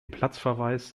platzverweis